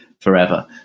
forever